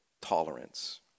tolerance